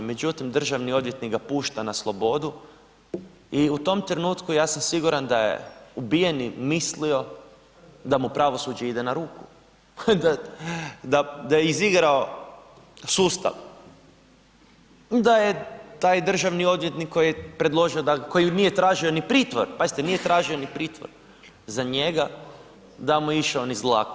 Međutim, državni odvjetnik ga pušta na slobodu i u tom trenutku ja sam siguran da je ubijeni mislio da mu pravosuđe ide na ruku, da je izigrao sustav, da je taj državni odvjetnik koji je predložio, koji nije tražio ni pritvor, pazite nije tražio ni pritvor, za njega da mu je išao niz dlaku.